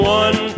one